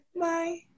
bye